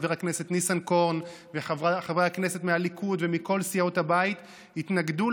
חבר הכנסת ניסנקורן וחברי הכנסת מהליכוד ומכל סיעות הבית התנגדו